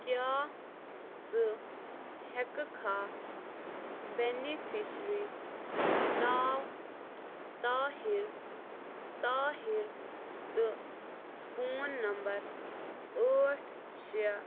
کیٛاہ ژٕ ہٮ۪کٕکھا پیٚنِفِشری ناو طاہر طاہر تہٕ فون نمبر ٲٹھ شےٚ